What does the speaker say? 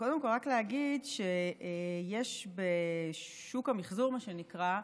קודם כול, רק להגיד שיש בשוק המחזור, מה שנקרא,